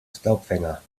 staubfänger